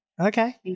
Okay